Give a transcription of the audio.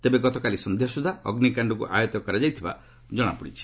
ତେବେ ଗତକାଲି ସନ୍ଧ୍ୟା ସୁଦ୍ଧା ଅଗ୍ନିକାଶ୍ଡକୁ ଆୟତ୍ତ କରାଯାଇଥିବା ଜଣାପଡିଛି